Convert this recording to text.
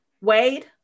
Wade